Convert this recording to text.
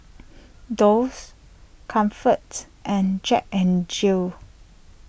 Doux Comfort and Jack N Jill